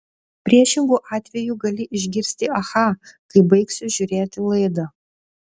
priešingu atveju gali išgirsti aha kai baigsiu žiūrėti laidą